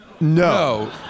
No